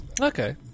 Okay